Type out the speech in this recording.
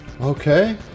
Okay